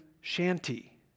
shanty